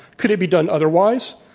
could it be done otherwise?